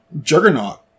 Juggernaut